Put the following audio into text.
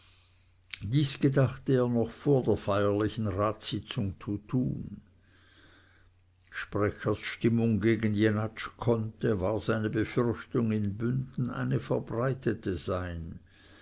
dies gedachte er noch vor der feierlichen ratssitzung zu tun sprechers stimmung gegen jenatsch konnte war seine befürchtung in bünden eine verbreitete sein